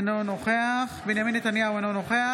אינו נוכח בנימין נתניהו, אינו נוכח